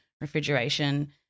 refrigeration